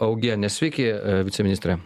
augienė sveiki viceministre